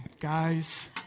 Guys